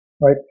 right